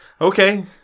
okay